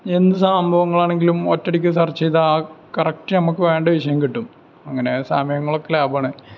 എന്ത് സംഭവങ്ങളാണെങ്കിലും ഒറ്റയടിക്ക് സർച്ച് ചെയ്താൽ ആ കറക്റ്റ് നമുക്ക് വേണ്ട വിഷയം കിട്ടും അങ്ങനെ സമയങ്ങളൊക്കെ ലാഭമാണ്